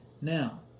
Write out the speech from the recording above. Now